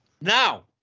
now